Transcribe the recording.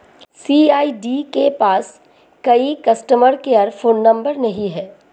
CRED के पास कोई कस्टमर केयर फोन नंबर नहीं है